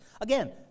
Again